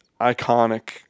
iconic